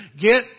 Get